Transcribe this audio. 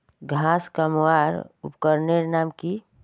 घांस कमवार उपकरनेर नाम की?